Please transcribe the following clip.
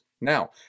now